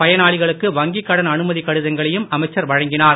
பயனாளிகளுக்கு வங்கிக் கடன் அனுமதிக் கடிதங்களையும் அமைச்சர் வழங்கினார்